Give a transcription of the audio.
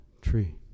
tree